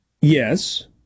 Yes